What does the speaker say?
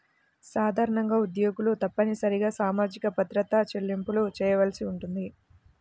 సాధారణంగా ఉద్యోగులు తప్పనిసరిగా సామాజిక భద్రత చెల్లింపులు చేయవలసి ఉంటుంది